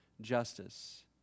justice